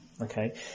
Okay